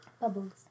Bubbles